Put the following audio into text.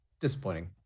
Disappointing